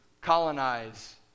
colonize